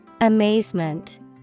Amazement